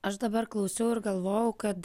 aš dabar klausiau ir galvojau kad